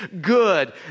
good